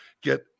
get